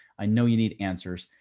i know you need answers.